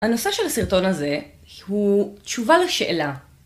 הנושא של הסרטון הזה הוא תשובה לשאלה.